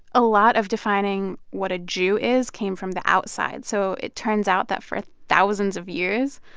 a lot of defining what a jew is came from the outside. so it turns out that for thousands of years,